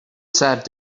sat